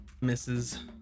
Misses